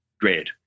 grade